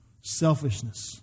Selfishness